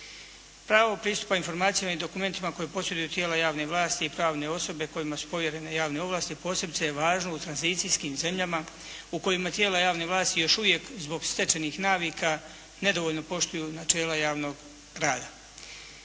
Pravo pristupa informacijama i dokumentima koja posjeduju tijela javne vlasti i pravne osobe kojima su povjerene javne ovlasti posebice je važno u tranzicijskim zemljama u kojima tijela javne vlasti još uvijek zbog stečenih navika nedovoljno poštuju načela javnog rada.